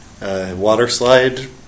waterslide